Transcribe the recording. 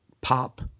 pop